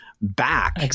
back